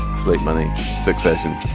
slave money succession